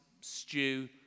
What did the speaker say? stew